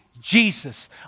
Jesus